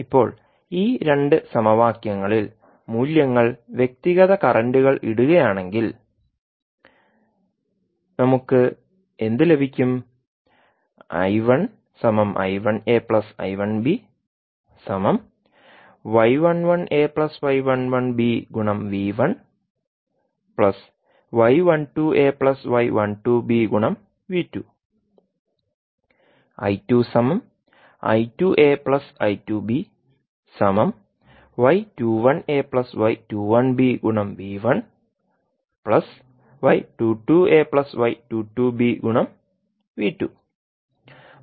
ഇപ്പോൾ ഈ 2 സമവാക്യങ്ങളിൽ മൂല്യങ്ങൾ വ്യക്തിഗത കറന്റുകൾ ഇടുകയാണെങ്കിൽ നമുക്ക് എന്ത് ലഭിക്കും